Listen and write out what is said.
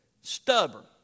Stubborn